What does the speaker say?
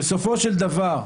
בסופו של דבר,